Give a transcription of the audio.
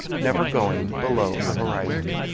never going below the horizon.